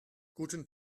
guten